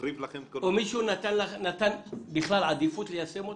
מישהו נתן עדיפות ליישם אותן?